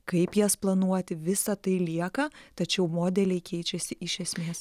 kaip jas planuoti visa tai lieka tačiau modeliai keičiasi iš esmės